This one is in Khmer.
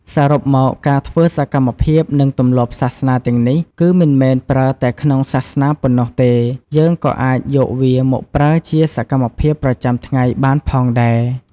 សរុបមក ការធ្វើសកម្មភាពនិងទម្លាប់សាសនាទាំងនេះគឺមិនមែនប្រើតែក្នុងសាសនាប៉ុន្នោះទេ យើកក៏អាចយកវាមកប្រើជាសម្មភាពប្រចាំថ្ងៃបានផងដែរ។